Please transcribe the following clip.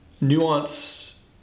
nuance